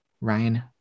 Ryan